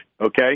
okay